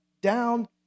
down